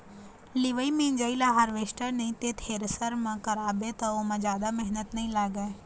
लिवई मिंजई ल हारवेस्टर नइ ते थेरेसर म करवाबे त ओमा जादा मेहनत नइ लागय